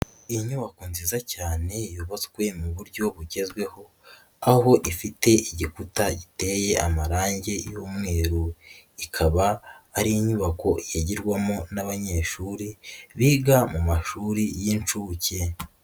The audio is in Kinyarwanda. Inyubako nziza cyane yubatswe mu buryo bugezweho aho ifite igikuta giteye amarange y'umweru, ikaba ari inyubako yagirwamo n'abanyeshuri biga mu mashuri y'inshuke.